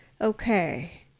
Okay